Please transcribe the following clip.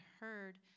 heard